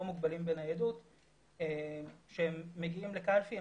מוגבלים בניידות שכאשר הם מגיעים לקלפי,